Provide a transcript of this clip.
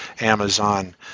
Amazon